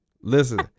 Listen